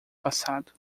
passado